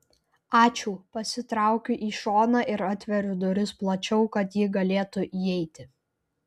ačiū pasitraukiu į šoną ir atveriu duris plačiau kad ji galėtų įeiti